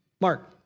Mark